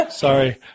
Sorry